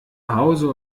hause